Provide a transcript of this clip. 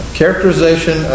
characterization